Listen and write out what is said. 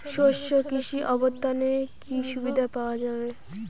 শস্য কৃষি অবর্তনে কি সুবিধা পাওয়া যাবে?